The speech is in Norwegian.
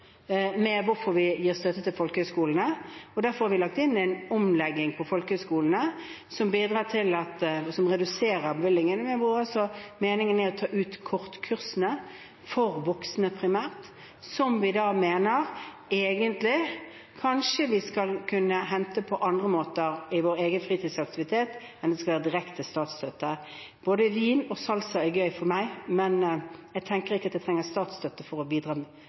med å gi støtte til folkehøyskolene. Derfor har vi lagt inn en omlegging på folkehøyskolene som reduserer bevilgningene, men hvor meningen er å ta ut kortkursene, som primært er for voksne, som vi egentlig mener vi kanskje skal kunne hente på andre måter når det gjelder vår egen fritidsaktivitet, enn fra direkte statsstøtte. Jeg synes det er gøy med både vin og salsa, men jeg tenker ikke at jeg trenger statsstøtte for å